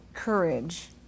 Courage